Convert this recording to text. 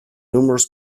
numerous